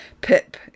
Pip